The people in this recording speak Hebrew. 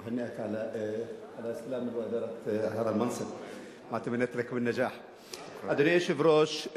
ואני מאחל לך הצלחה.) אדוני היושב-ראש,